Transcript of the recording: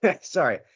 Sorry